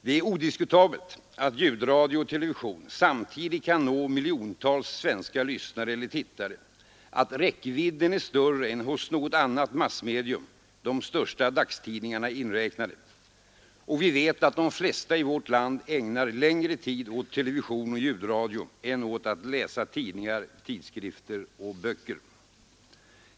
Det är odiskutabelt att program i ljudradio och television samtidigt kan nå miljontals svenska lyssnare eller tittare, att räckvidden är större än hos något annat massmedium, de största dagstidningarna inräknade. Och vi vet att de flesta i vårt land ägnar längre tid åt television och ljudradio än åt att läsa tidningar, tidskrifter och böcker.